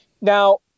Now